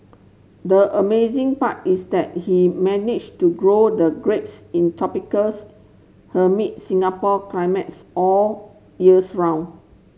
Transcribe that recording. the amazing part is that he managed to grow the grapes in tropical Singapore climates all years round